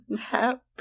Happy